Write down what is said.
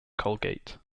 colgate